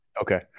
Okay